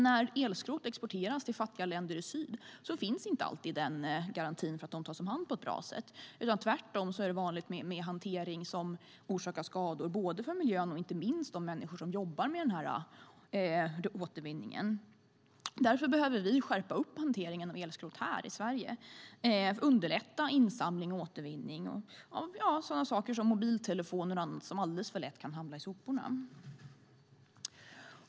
När elskrot exporteras till fattiga länder i syd finns inte alltid garantin att de tas om hand på ett bra sätt. Det är tvärtom vanligt med en hantering som orsakar skador för både miljön och de människor som jobbar med återvinningen. Därför behöver vi skärpa hanteringen av elskrot i Sverige och underlätta insamling och återvinning av till exempel mobiltelefoner som alldeles för lätt hamnar i soporna.